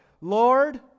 Lord